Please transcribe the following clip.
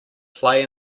play